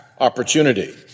opportunity